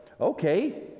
okay